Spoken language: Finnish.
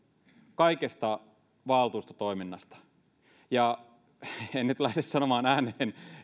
kaikesta valtuustotoiminnasta en nyt lähde sanomaan ääneen